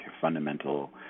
fundamental